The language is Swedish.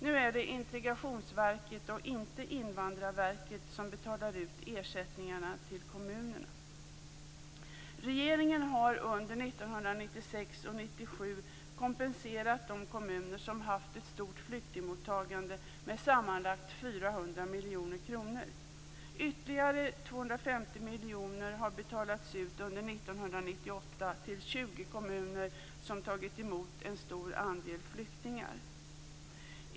Nu är det Integrationsverket och inte Invandrarverket som betalar ut ersättningarna till kommunerna. Regeringen har under 1996 och 1997 kompenserat de kommuner som haft ett stort flyktingmottagande med sammanlagt 400 miljoner kronor. Ytterligare 250 miljoner har betalats ut under 1998 till 20 kommuner som har tagit emot en stor andel flyktingar.